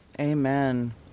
Amen